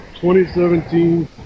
2017